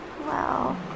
wow